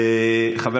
חבר